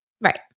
Right